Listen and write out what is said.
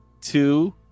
two